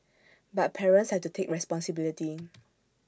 but parents have to take responsibility